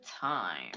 time